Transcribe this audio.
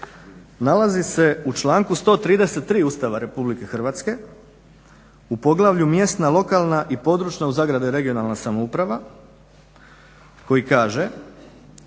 nalazi se u članku 133. Ustava RH u Poglavlju – mjesna, lokalna i područna (regionalna) samouprava koji kaže